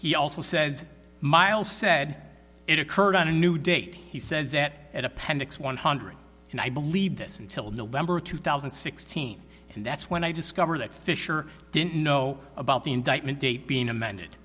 he also said mile said it occurred on a new date he says that at appendix one hundred and i believe this until november of two thousand and sixteen and that's when i discovered that fisher didn't know about the indictment date being amended